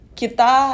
kita